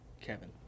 Kevin